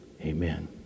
Amen